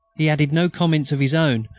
he added no comments of his own,